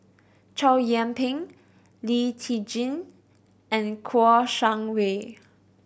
Chow Yian Ping Lee Tjin and Kouo Shang Wei